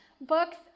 books